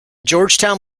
georgetown